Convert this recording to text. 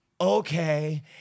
okay